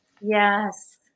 Yes